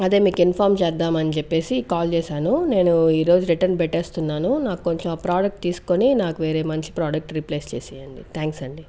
అదే మీకు ఇన్ఫామ్ చేద్దామనిచెప్పేసి కాల్ చేశాను నేను ఈరోజు రిటన్ పెట్టేస్తున్నాను నాను కొంచెం ఆ ప్రోడక్ట్ తీసుకొని నాకు వేరే మంచి ప్రోడక్ట్ రీప్లేస్ చేసివ్వండి థ్యాంక్స్ అండి